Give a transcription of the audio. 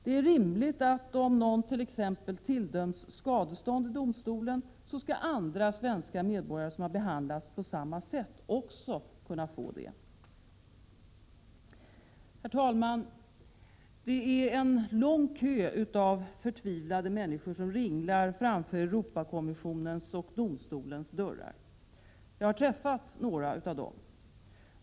Det är rimligt att om någon t.ex. tilldömts skadestånd i domstolen så skall andra svenska medborgare som behandlats på samma sätt också kunna få det. Herr talman! Det är en lång kö av förtvivlade människor som ringlar framför Europakommissionens och domstolens dörrar. Jag har träffat några av dem.